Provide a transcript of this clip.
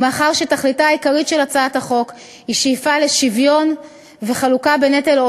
ומאחר שתכליתה העיקרית של הצעת החוק היא שאיפה לשוויון וחלוקה בנטל,